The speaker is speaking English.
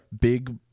Big